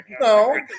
no